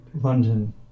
London